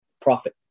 profit